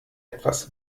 etwas